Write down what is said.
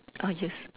ah yes